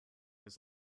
his